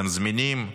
אתם זמינים?